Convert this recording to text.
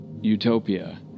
utopia